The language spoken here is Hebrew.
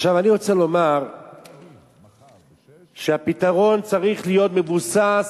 עכשיו, אני רוצה לומר שהפתרון צריך להיות מבוסס,